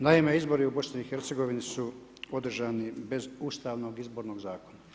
Naime, izbori u BiH su održani bez Ustavnog izbornog zakona.